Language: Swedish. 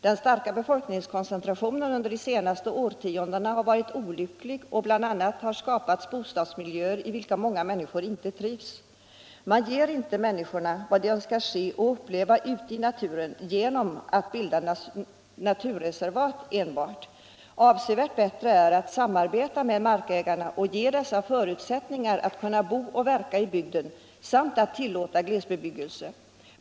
Den starka befolkningskoncentrationen under de senaste årtiondena har varit olycklig, och bl.a. har skapats bostadsmiljöer i vilka många människor inte trivs. Men man ger inte människorna vad de önskar se och uppleva ute i naturen enbart genom att bilda naturreservat. Avsevärt bättre är att samarbeta med markägarna och bereda dessa förutsättningar att kunna bo och verka i bygden samt att tillåta glesbebyggelse.